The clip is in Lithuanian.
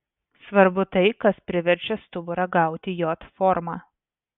svarbu tai kas priverčia stuburą gauti j formą